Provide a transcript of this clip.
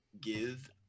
give